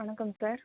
வணக்கம் சார்